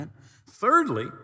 Thirdly